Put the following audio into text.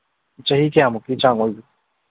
ꯆꯍꯤ ꯀꯌꯥꯃꯨꯛꯀꯤ ꯆꯥꯡ ꯑꯣꯏꯕꯤ